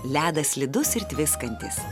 ledas slidus ir tviskantis